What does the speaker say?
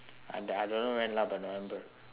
uh that I don't know when lah but november